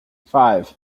five